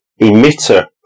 emitter